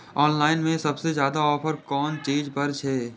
Online में सबसे ज्यादा ऑफर कोन चीज पर छे?